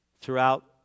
throughout